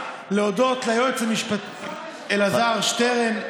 להודות ליועץ המשפטי אלעזר שטרן,